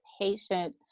patient